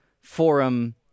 forum